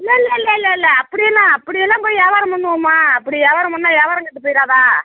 இல்லை இல்லை இல்லை இல்லை இல்லை அப்படின்னா அப்படி எல்லாம் போய் விவாரம் பண்ணுவோமா அப்படி ஏவாரம் பண்ணால் விவாரம் கெட்டுப் போயிராதா